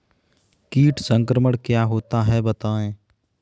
कीट संक्रमण क्या होता है बताएँ?